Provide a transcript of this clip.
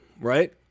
right